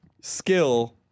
skill